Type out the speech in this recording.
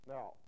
Now